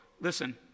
Listen